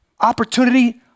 opportunity